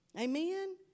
Amen